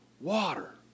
water